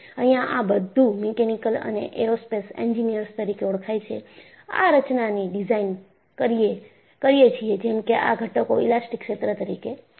અહિયાં આ બધું મિકેનિકલ અને એરોસ્પેસ એન્જિનિયર્સ તરીકે ઓળખાય છે આ રચનાની ડિઝાઇન કરીએ છીએ જેમ કે આ ઘટકો ઈલાસ્ટીક ક્ષેત્ર તરીકે છે